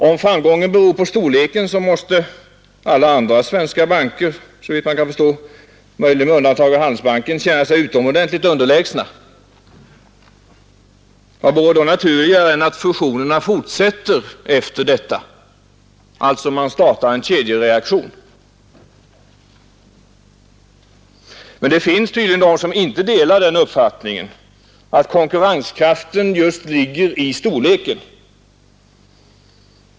Om framgången beror på storleken måste alla andra svenska banker såvitt man kan förstå, möjligen med undantag av Handelsbanken, känna sig utomordentligt underlägsna. Vad vore då naturligare än att fusionerna fortsätter efter detta, alltså att man startar en kedjereaktion? Men det finns tydligen de som inte delar uppfattningen, att konkurrenskraften ligger just i storleken.